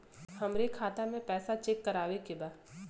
हमरे खाता मे पैसा चेक करवावे के बा?